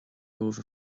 romhaibh